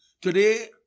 today